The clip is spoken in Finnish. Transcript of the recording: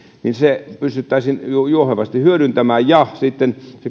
se pystyttäisiin juohevasti hyödyntämään eikä sitten